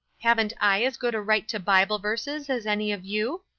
haven't i as good a right to bible verses as any of you?